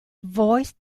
voiced